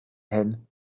hyn